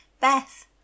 Beth